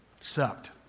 sucked